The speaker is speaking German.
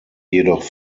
jedoch